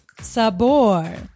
Sabor